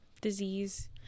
disease